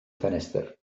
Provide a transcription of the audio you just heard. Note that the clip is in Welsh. ffenestr